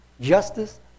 justice